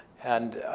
and